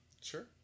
Sure